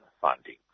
funding